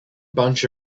bunch